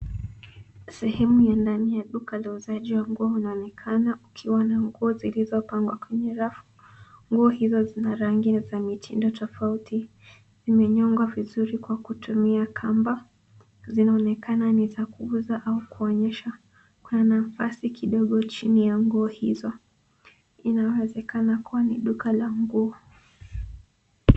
Sehemu ya ndani ya duka la uuzaji wa nguo unaonekana ukiwa na nguo zilizopangwa kwenye rafu. Nguo hizo zina rangi za mitindo tofauti. Zimenyongwa vizuri kwa kutumia kamba. Zinaonekana ni za kuuza au kuonyesha. Kuna nafasi kidogo chini ya nguo hizo. Inawezekana kuwa ni duka la nguo.